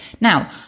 Now